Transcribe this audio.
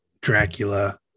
Dracula